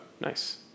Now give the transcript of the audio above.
nice